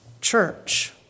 church